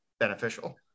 beneficial